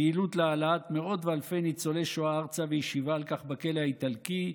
פעילות להעלאת מאות ואלפי ניצולי שואה ארצה וישיבה על כך בכלא האיטלקי,